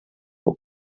will